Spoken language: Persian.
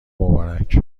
مبارک